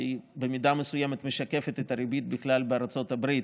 שבמידה מסוימת משקפת את הריבית בכלל בארצות הברית,